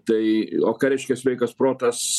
tai o ką reiškia sveikas protas